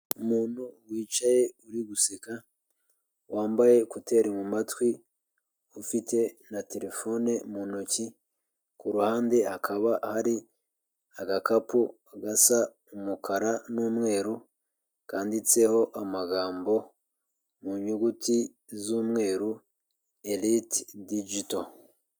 Umuntu wicaye uri guseka, wambaye koteri mu mu matwi, ufite na terefone mu ntoki, ku ruhande hakaba hari agakapu gasa umukara n'umweru kanditseho amagambo mu nyuguti z'umweru erite dijito.